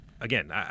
Again